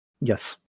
Yes